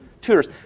tutors